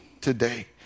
today